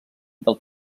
del